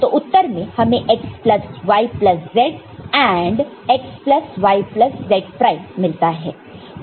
तो उत्तर में हमें x plus y plus z AND x plus y plus z प्राइम मिलता है